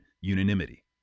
unanimity